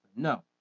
No